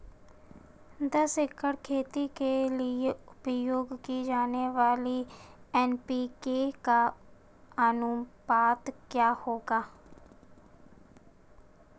दस एकड़ खेती के लिए उपयोग की जाने वाली एन.पी.के का अनुपात क्या होगा?